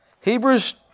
Hebrews